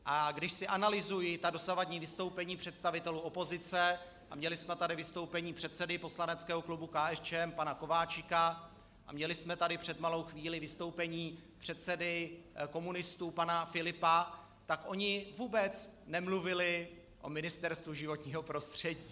A když si analyzuji ta dosavadní vystoupení představitelů opozice, a měli jsme tady vystoupení předsedy poslaneckého klubu KSČM pana Kováčika a měli jsme tady před malou chvílí vystoupení předsedy komunistů pana Filipa, tak oni vůbec nemluvili o Ministerstvu životního prostředí.